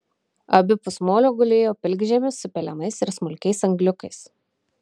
abipus molio gulėjo pilkžemis su pelenais ir smulkiais angliukais